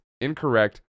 incorrect